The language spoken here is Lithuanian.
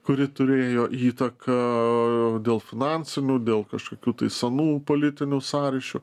kuri turėjo įtaką dėl finansinių dėl kažkokių tai senų politinių sąryšių